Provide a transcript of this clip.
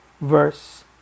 verse